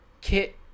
kit